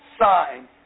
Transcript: sign